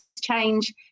change